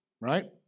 right